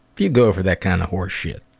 if you go for that kinda horseshit.